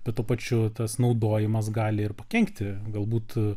bet tuo pačiu tas naudojimas gali ir pakenkti galbūt